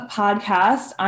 podcast